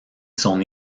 son